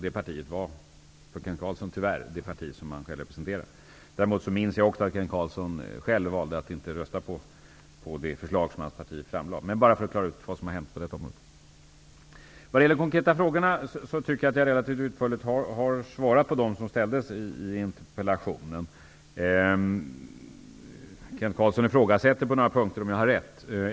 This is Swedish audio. Det partiet var -- tyvärr, för Kent Carlssons del -- det parti som han representerar. Jag minns också att han själv valde att inte rösta på det förslag som hans parti framlade. Detta sade jag bara för att klara ut vad som har hänt på detta område. Jag har svarat relativt utförligt på de konkreta frågor som ställdes i interpellationen. Kent Carlsson ifrågasätter på några punkter om jag har rätt.